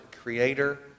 creator